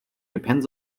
depends